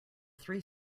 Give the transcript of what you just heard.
three